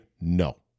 no